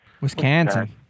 Wisconsin